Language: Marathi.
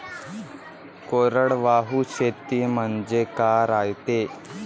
कोरडवाहू शेती म्हनजे का रायते?